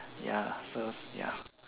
ya so ya